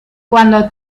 cuando